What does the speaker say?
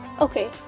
Okay